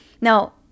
Now